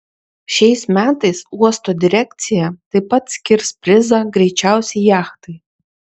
šiais metais uosto direkcija taip pat skirs prizą greičiausiai jachtai